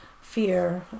fear